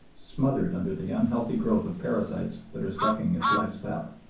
smothered under the unhealthy growth of parasites that are sucking its life-sap.